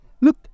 Look